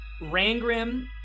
Rangrim